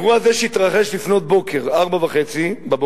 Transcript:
באירוע זה, שהתרחש לפנות בוקר, ב-04:30,